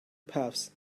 puffs